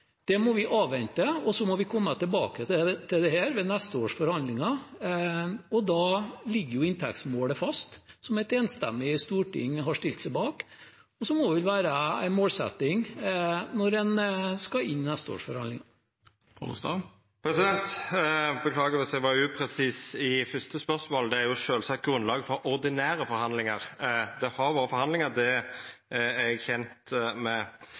Det må vi avvente, og så må vi komme tilbake til dette ved neste års forhandlinger. Da ligger jo inntektsmålet fast, som et enstemmig storting har stilt seg bak, og så må det være en målsetting når en skal inn i neste års forhandlinger. Beklagar dersom eg var upresis i det første spørsmålet. Det er sjølvsagt grunnlaget for ordinære forhandlingar eg meinte. Det har vore forhandlingar, det er eg kjend med.